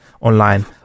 online